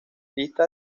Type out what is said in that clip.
lista